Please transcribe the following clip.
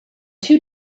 two